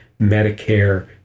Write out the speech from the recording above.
Medicare